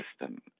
system